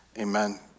Amen